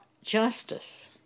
justice